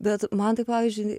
bet man tai pavyzdžiui